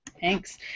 Thanks